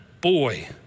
boy